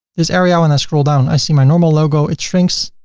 this area, when i scroll down, i see my normal logo. it shrinks.